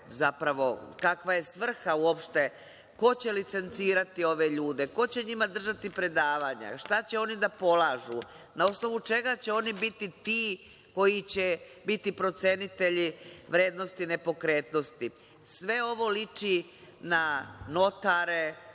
i kakva je svrha uopšte ko će licencirati ove ljude, ko će njima držati predavanja, šta će oni da polažu, na osnovu čega će oni biti ti koji će biti procenitelji vrednosti nepokretnosti. Sve ovo liči na notare,